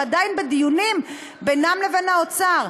הם עדיין בדיונים בינם ובין האוצר.